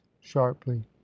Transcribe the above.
sharply